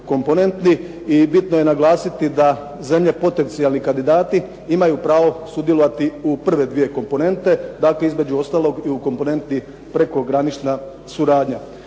i bitno je znati da zemlje potencijalni kandidati imaju pravo sudjelovati u prve dvije komponente tako između ostalog u komponenti prekogranična suradnja.